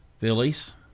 Phillies